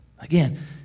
Again